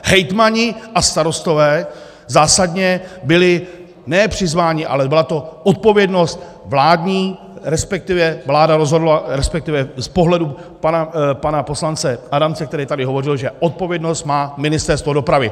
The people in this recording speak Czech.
Hejtmani a starostové byli zásadně ne přizváni, ale byla to odpovědnost vládní, respektive vláda rozhodla, respektive z pohledu pana poslance Adamce, který tady hovořil, že odpovědnost má Ministerstvo dopravy.